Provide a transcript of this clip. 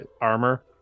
armor